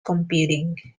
computing